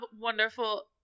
wonderful